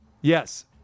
yes